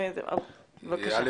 אני